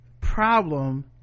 problem